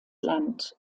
land